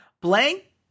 Blank